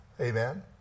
Amen